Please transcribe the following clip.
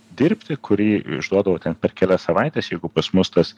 dirbti kurį išduodavo ten per kelias savaites jeigu pas mus tas